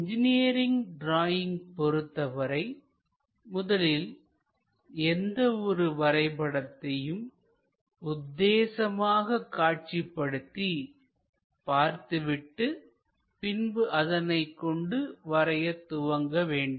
engineering drawing பொருத்தவரை முதலில் எந்த ஒரு வரைபடத்தையும் உத்தேசமாக காட்சிப்படுத்தி பார்த்துவிட்டு பின்பு அதனை கொண்டு வரைய துவங்க வேண்டும்